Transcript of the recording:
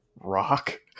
rock